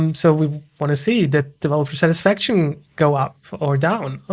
um so we want to see the developer satisfaction go up or down,